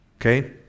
Okay